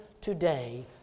today